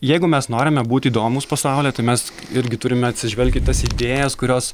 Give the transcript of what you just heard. jeigu mes norime būti įdomūs pasauliui tai mes irgi turime atsižvelgti į tas idėjas kurios